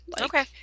Okay